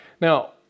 Now